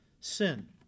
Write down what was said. sin